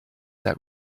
that